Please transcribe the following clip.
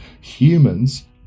Humans